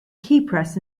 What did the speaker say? keypress